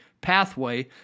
pathway